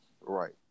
Right